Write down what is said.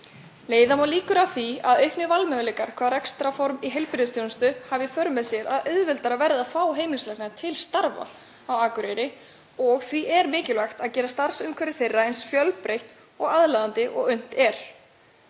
Leiða má líkur að því að auknir valmöguleikar hvað varðar rekstrarform í heilbrigðisþjónustu hafi í för með sér að auðveldara verði að fá heimilislækna til starfa á Akureyri og því er mikilvægt að gera starfsumhverfi þeirra eins fjölbreytt og aðlaðandi og unnt er.